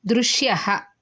दृश्यः